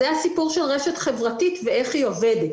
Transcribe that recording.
זה הסיפור של רשת חברתית ואיך היא עובדת.